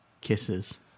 kisses